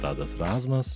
tadas razmas